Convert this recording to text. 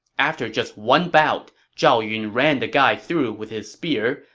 after just one bout, zhao yun ran the guy through with his spear,